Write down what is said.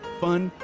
fun,